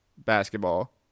basketball